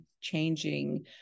changing